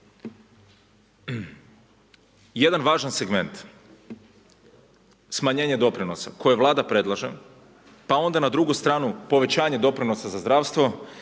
Jedan važan segment smanjenje doprinosa koje Vlada predlaže pa onda na drugu stranu povećanje doprinosa za zdravstvo